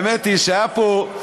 האמת היא שהיה פה,